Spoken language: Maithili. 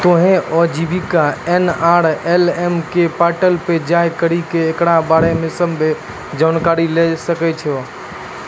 तोहें आजीविका एन.आर.एल.एम के पोर्टल पे जाय करि के एकरा बारे मे सभ्भे जानकारी लै सकै छो